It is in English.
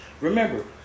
Remember